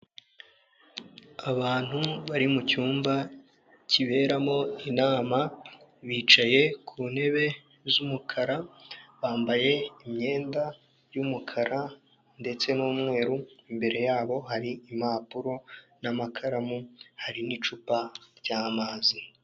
Abantu bari mu cyumba kiberamo inama, bicaye ku ntebe z'umukara bambaye imyenda yumukara ndetse n'umweru, imbere yabo hari impapuro n'amakaramu hari n'icupa ry'amazi.